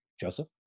Joseph